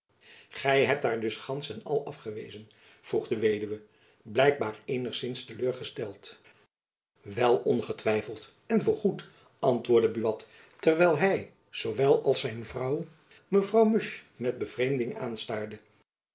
gy hebt haar dus gands en al afgewezen vroeg de weduwe blijkbaar eenigzins te leur gesteld wel ongetwijfeld en voor goed antwoordde buat terwijl hy zoowel als zijn vrouw mevrouw musch met bevreemding aanstaarden